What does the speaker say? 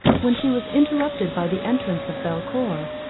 when she was interrupted by the entrance of belcour.